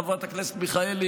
חברת הכנסת מיכאלי,